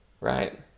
Right